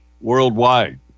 worldwide